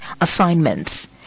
assignments